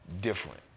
different